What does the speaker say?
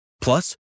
Plus